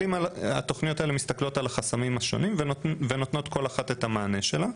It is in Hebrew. התוכניות מסתכלות על החסמים השונים ונותנות כל אחת את המענה שלה,